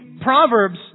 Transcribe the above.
Proverbs